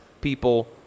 people